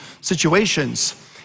situations